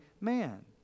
man